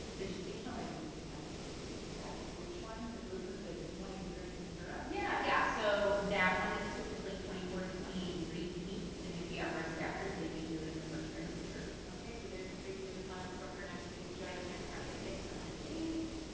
the gestational diabetes test is yeah and which one? the glucose is the one you were drinking the syrup? yeah yeah so that one is typically twenty four to twenty eight rate weeks and if you have risk factors they may do it in the first trimester. okay, so there's a preview of the fun in store for next week join us next friday thanks so much!